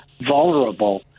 vulnerable